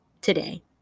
today